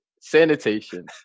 sanitation